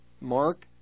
Mark